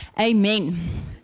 Amen